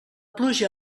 pluja